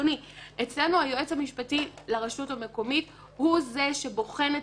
הסיבה שאצלנו היועץ המשפטי לרשות המקומית הוא זה שבוחן את